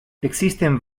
existen